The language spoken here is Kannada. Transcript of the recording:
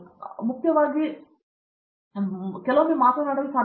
ಆದ್ದರಿಂದ ಅವರು ಮುಖ್ಯವಾಗಿ ಬರೆಯಬಹುದು ಆದರೆ ಅವರು ಕೆಲವೊಮ್ಮೆ ಮಾತನಾಡಲು ಸಾಧ್ಯವಿಲ್ಲ